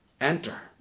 enter